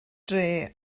dre